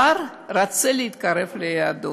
אבל רוצה להתקרב ליהדות,